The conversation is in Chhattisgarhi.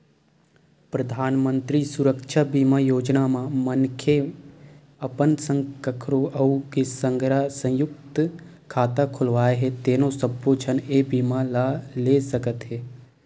परधानमंतरी सुरक्छा बीमा योजना म मनखे अपन संग कखरो अउ के संघरा संयुक्त खाता खोलवाए हे तेनो सब्बो झन ए बीमा ल ले सकत हे